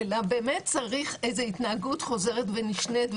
אלא באמת צריך התנהגות חוזרת ונשנית,